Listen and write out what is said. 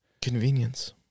Convenience